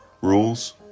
Rules